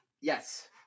Yes